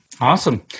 Awesome